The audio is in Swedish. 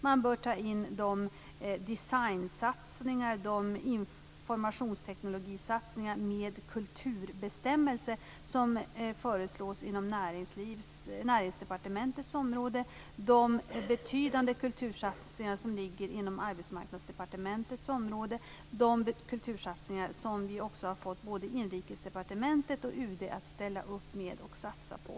Man bör också ta in de designsatsningar, de informationstekniksatsningar med kulturbestämmelse som föreslås inom Näringsdepartementets område, de betydande kultursatsningar som ligger inom Arbetsmarknadsdepartementets område och de kultursatsningar som vi har fått Inrikesdepartementet och UD att ställa upp med och satsa på.